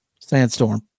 Sandstorm